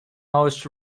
most